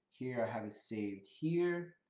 here i have it saved here.